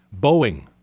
Boeing